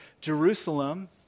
Jerusalem